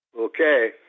Okay